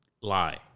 Lie